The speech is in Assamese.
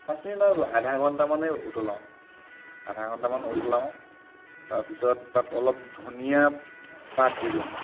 পাঁচ মিনিট নহয় আধা ঘণ্টামানে উতলাওঁ আধা ঘণ্টামান উতলাওঁ তাৰপিছত তাত অলপ ধনিয়া পাত দি দিওঁ